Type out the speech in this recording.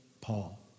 Paul